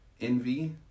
Envy